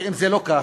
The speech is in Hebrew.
ואם זה לא ככה,